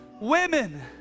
women